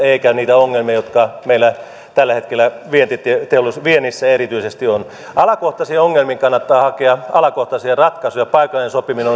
eikä niitä ongelmia jotka meillä tällä hetkellä viennissä erityisesti on alakohtaisiin ongelmiin kannattaa hakea alakohtaisia ratkaisuja paikallinen sopiminen